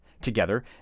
Together